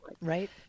right